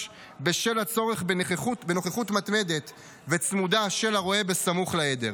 בשל הצורך בנוכחות מתמדת וצמודה של הרועה בסמוך לעדר,